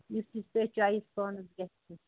یُس یُس تۄہہِ چۄایِز تۅہہِ پانَس گژھِ